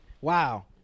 Wow